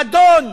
מדון,